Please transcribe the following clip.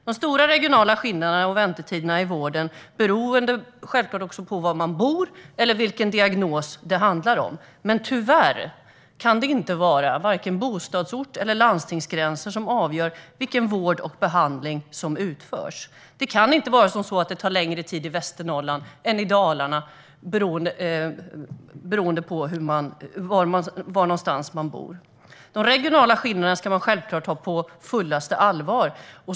De stora regionala skillnaderna och väntetiderna i vården beror självklart på var man bor och vilken diagnos som det handlar om. Men tyvärr kan det inte vara vare sig bostadsort eller landstingsgränser som ska avgöra vilken vård och behandling som utförs. Det kan inte vara så att det ska ta längre tid i Västernorrland än i Dalarna, alltså beroende på var någonstans man bor. De regionala skillnaderna ska man självklart ta på fullaste allvar.